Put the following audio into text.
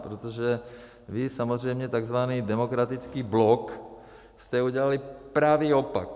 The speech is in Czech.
Protože vy samozřejmě, takzvaný Demokratický blok, jste udělali pravý opak.